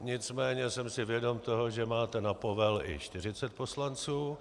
Nicméně jsem si vědom toho, že máte na povel i čtyřicet poslanců.